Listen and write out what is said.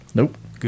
Nope